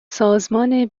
سازمان